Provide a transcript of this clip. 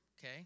Okay